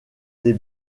des